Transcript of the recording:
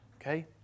okay